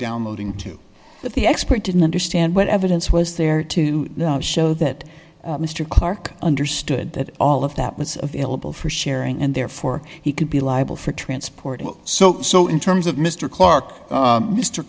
downloading to that the expert didn't understand what evidence was there to show that mr clark understood that all of that was available for sharing and therefore he could be liable for transporting so so in terms of mr clark